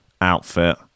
outfit